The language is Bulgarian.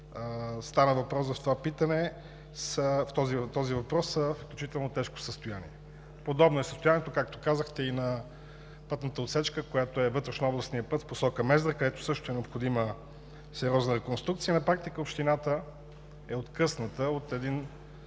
за които стана дума в този въпрос, са в изключително тежко състояние. Подобно е състоянието, както казахте, и на пътната отсечка, която е вътрешнообластният път в посока Мездра, където също е необходима сериозна реконструкция. На практика общината е откъсната от